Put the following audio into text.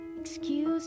excuse